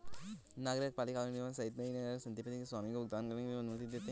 नगरपालिका निगमों सहित कई नगर निगम संपत्ति के स्वामी को भुगतान करने की अनुमति देते हैं